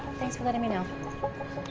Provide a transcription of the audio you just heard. thanks for letting me know.